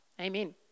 amen